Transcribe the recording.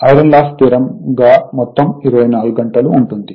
iron loss స్థిరంగా మొత్తం 24 గంటలు ఉంటుంది